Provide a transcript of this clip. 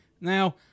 Now